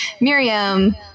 miriam